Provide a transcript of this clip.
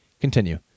continue